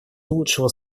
лучшего